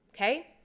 okay